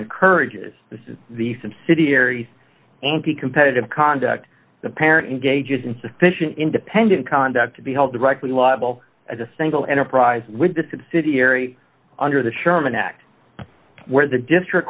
encourages the subsidiary anticompetitive conduct the parent engages in sufficient independent conduct to be held directly level as a single enterprise with the subsidiary under the sherman act where the district